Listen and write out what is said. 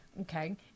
Okay